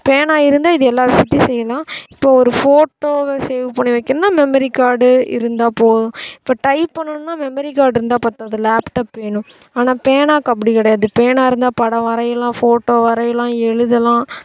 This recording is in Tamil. பேனா இருந்தால் இது எல்லா விஷயத்தையும் செய்யலாம் இப்போ ஒரு ஃபோட்டோவை சேவ் பண்ணி வைக்கணும்னா மெமெரிக்கார்டு இருந்தால் போதும் இப்போ டைப் பண்ணுனும்னா மெமெரிக்கார்டு இருந்தால் பத்தாது லேப்டப் வேணும் ஆனால் பேனாக்கு அப்படி கிடையாது பேனா இருந்தால் படம் வரையலாம் ஃபோட்டோ வரையலாம் எழுதலாம்